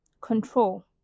control